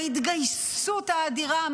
ההתגייסות האדירה,